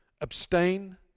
Abstain